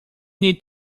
need